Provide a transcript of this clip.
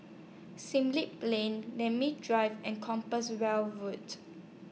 Plain Namly Drive and Compassvale Road